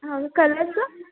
ಹಾಂ ಕಲರ್ಸು